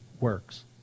works